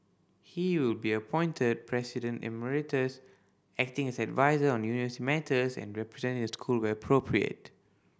he will be appointed President Emeritus acting as adviser on university matters and representing the school where appropriate